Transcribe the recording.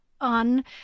on